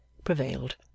prevailed